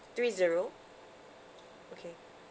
three zero okay